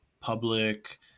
public